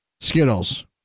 Skittles